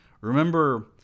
Remember